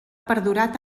perdurat